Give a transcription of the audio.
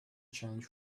change